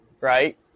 right